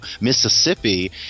Mississippi